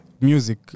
music